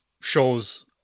shows